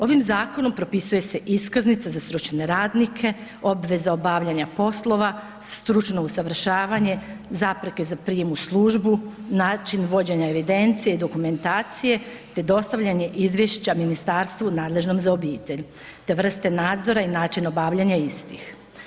Ovim zakonom propisuje se iskaznica za stručne radnike, obveza obavljanja poslova, stručno usavršavanje, zapreke za prijam u službu, način vođenja evidencije i dokumentacije, te dostavljanje izvješća ministarstvu nadležnom za obitelj te vrste nadzora i način obavljanja istih.